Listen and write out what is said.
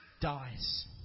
dies